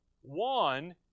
one